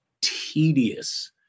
tedious